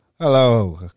Hello